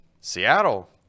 Seattle